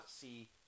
see